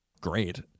Great